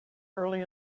early